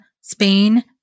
Spain